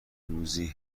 روزی